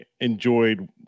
enjoyed